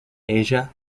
asia